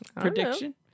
prediction